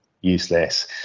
useless